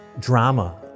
drama